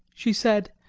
she said,